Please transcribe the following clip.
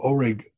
Oreg